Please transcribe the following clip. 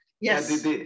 Yes